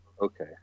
okay